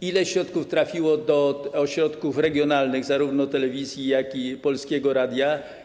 Ile środków trafiło do ośrodków regionalnych zarówno telewizji, jak i Polskiego Radia?